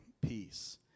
peace